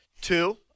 Two